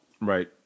Right